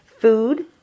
food